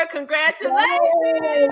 Congratulations